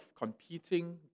competing